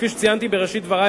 כפי שציינתי בראשית דברי,